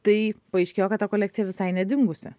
tai paaiškėjo kad ta kolekcija visai nedingusi